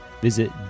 visit